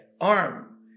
arm